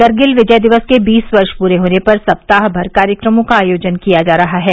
कारगिल विजय दिवस के बीस वर्ष पूरे होने पर सप्ताह भर का आयोजन किया जा रहा है